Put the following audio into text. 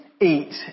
Eat